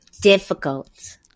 Difficult